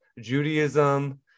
Judaism